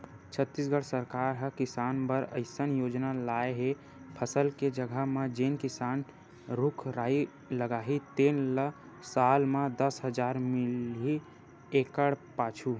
छत्तीसगढ़ सरकार ह किसान बर अइसन योजना लाए हे फसल के जघा म जेन किसान रूख राई लगाही तेन ल साल म दस हजार मिलही एकड़ पाछू